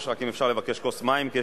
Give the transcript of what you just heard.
אמנון, אם אתה סיימת את דבריך, מה עכשיו?